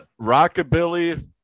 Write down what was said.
Rockabilly